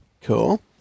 Cool